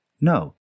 No